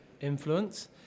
influence